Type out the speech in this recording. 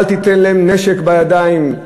אל תיתן להם נשק בידיים,